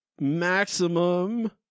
maximum